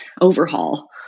overhaul